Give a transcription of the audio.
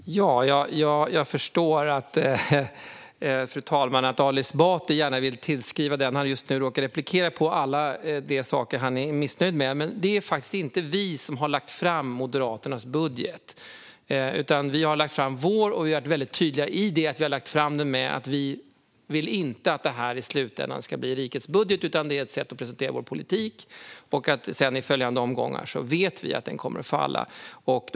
Fru talman! Jag förstår att Ali Esbati gärna vill tillskriva den han råkar replikera på alla de saker han är missnöjd med. Men det är faktiskt inte vi som har lagt fram Moderaternas budgetmotion. Vi har lagt fram vår, och vi har varit tydliga med att vi inte vill att den ska bli rikets budget i slutänden. Det är ett sätt att presentera vår politik. Vi vet att den kommer att falla i följande omgångar.